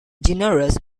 generous